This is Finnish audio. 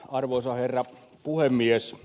arvoisa herra puhemies